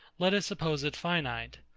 let us suppose it finite.